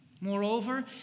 moreover